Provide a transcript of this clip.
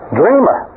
dreamer